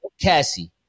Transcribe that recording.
Cassie